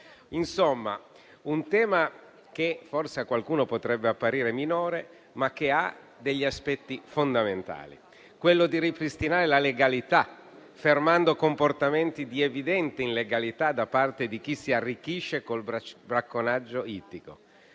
Insomma, è un tema che forse a qualcuno potrebbe apparire minore, ma che ha degli aspetti fondamentali: quello di ripristinare la legalità fermando comportamenti di evidente illegalità da parte di chi si arricchisce col bracconaggio ittico;